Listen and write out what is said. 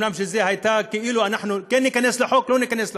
אומנם זה היה כאילו אנחנו כן ניכנס לחוק או לא ניכנס לחוק,